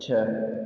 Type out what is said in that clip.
छह